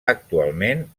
actualment